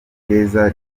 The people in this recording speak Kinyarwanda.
keza